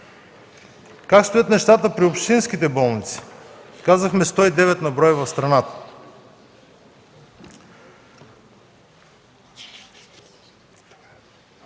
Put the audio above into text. Как стоят нещата при общинските болници? Казахме 109 на брой в страната.